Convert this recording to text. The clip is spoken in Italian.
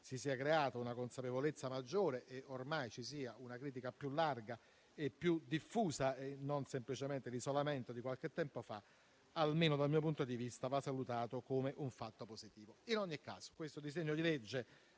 si sia creata una consapevolezza maggiore e ormai ci sia una critica più larga e più diffusa e non semplicemente l'isolamento di qualche tempo fa, almeno dal mio punto di vista, vada salutato come positivo. In ogni caso, questo disegno di legge